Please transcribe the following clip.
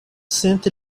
cent